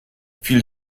fiel